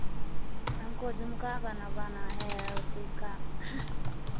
हमको झुमका बनवाना है और टीका